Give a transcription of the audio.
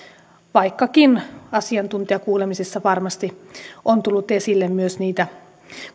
vaikkakin asiantuntijakuulemisessa varmasti on tullut esille myös niitä